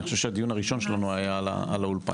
אני חושב שהדיון הראשון שלנו היה על האולפנים,